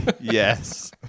Yes